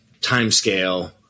timescale